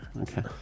Okay